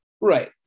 Right